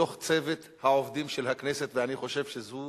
בתוך צוות העובדים של הכנסת, ואני חושב שזו